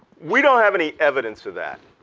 we don't have any evidence of that.